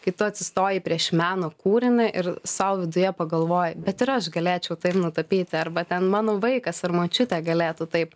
kai tu atsistoji prieš meno kūrinį ir sau viduje pagalvoji bet aš galėčiau taip nutapyti arba ten mano vaikas ar močiutė galėtų taip